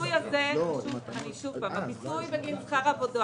הפיצוי בגין שכר עבודה